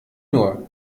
nur